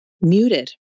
muted